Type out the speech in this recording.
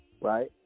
right